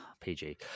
pg